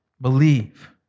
Believe